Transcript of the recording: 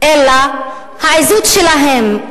אלא העזות שלהם,